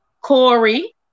Corey